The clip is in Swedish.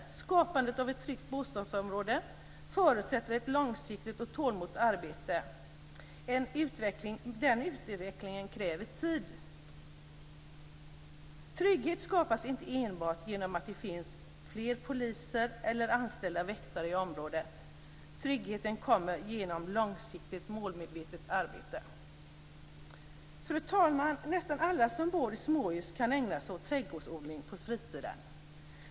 Skapandet av ett tryggt bostadsområde förutsätter ett långsiktigt och tålmodigt arbete. Den utvecklingen kräver tid. Trygghet skapas inte enbart genom att det finns fler poliser eller anställda väktare i området. Tryggheten kommer genom långsiktigt och målmedvetet arbete. Fru talman! Nästan alla som bor i småhus kan ägna sig åt trädgårdsodling på fritiden.